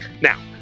Now